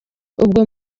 ubwo